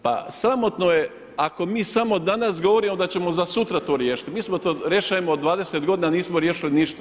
Pa sramotno je ako mi samo danas govorimo da ćemo za sutra to riješiti, mi smo to rješavamo 20 godina, nismo riješili ništa.